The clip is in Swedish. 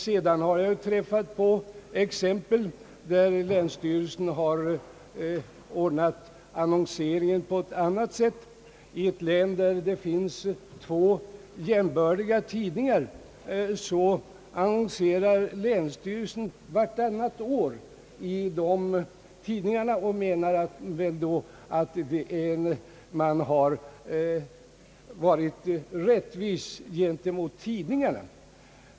Sedan har jag träffat på exempel där länsstyrelsen ordnat annonseringen på annat sätt. I ett län där det finns två jämbördiga tidningar annonserar länsstyrelsen vartannat år i en av de båda tidningarna och menar väl då att man har varit rättvis gentemot tidningarna.